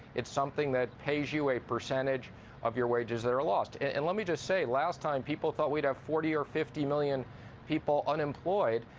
it's something that pays you a percentage of your wages that are lost. and let me just say, last time people thought we would have forty or fifty million people unemployed,